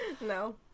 No